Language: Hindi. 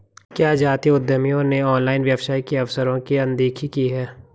क्या जातीय उद्यमियों ने ऑनलाइन व्यवसाय के अवसरों की अनदेखी की है?